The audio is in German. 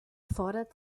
fordert